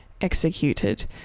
executed